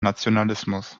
nationalismus